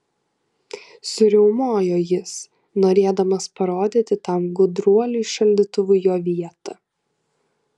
suriaumojo jis norėdamas parodyti tam gudruoliui šaldytuvui jo vietą